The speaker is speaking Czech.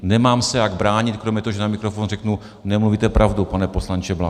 Nemám se jak bránit kromě toho, že na mikrofon řeknu: Nemluvíte pravdu, pane poslanče Bláho.